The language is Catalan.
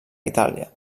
itàlia